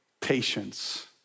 patience